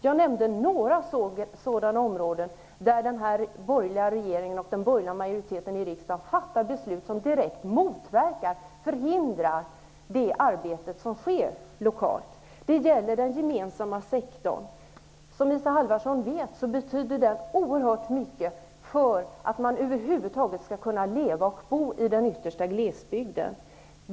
Jag nämnde några sådana områden där den borgerliga regeringen och den borgerliga majoriteten i riksdagen fattar beslut som direkt förhindrar det arbete som utförs lokalt. Det gäller beträffande den gemensamma sektorn, vilken, som Isa Halvarsson vet, betyder oerhört mycket för att man över huvud taget skall kunna bo och leva i den yttersta glesbygden.